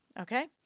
Okay